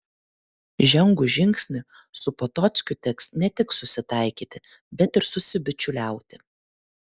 žengus žingsnį su potockiu teks ne tik susitaikyti bet ir susibičiuliauti